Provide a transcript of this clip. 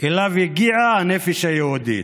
שאליו הגיעה הנפש היהודית.